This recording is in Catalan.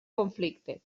conflicte